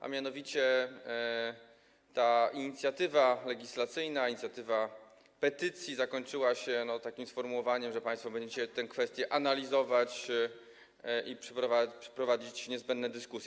A mianowicie ta inicjatywa legislacyjna, inicjatywa petycji zakończyła się takim sformułowaniem, że państwo będziecie tę kwestię analizować i przeprowadzać niezbędne dyskusje.